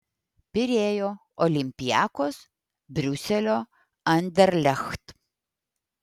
pirėjo olympiakos briuselio anderlecht